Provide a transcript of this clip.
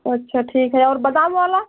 अच्छा ठीक है और बदाम बाला